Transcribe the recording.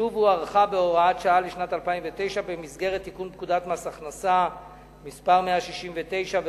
ושוב הוארכה בהוראת שעה לשנת 2009 במסגרת תיקון פקודת מס הכנסה מס' 169,